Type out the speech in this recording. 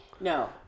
No